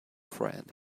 friend